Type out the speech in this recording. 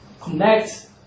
connect